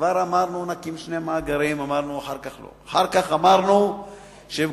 כבר אמרנו שנקים שני מאגרים, ואחר כך אמרנו שלא.